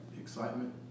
excitement